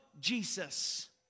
Jesus